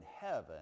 heaven